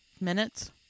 minutes